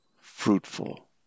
fruitful